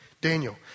Daniel